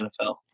NFL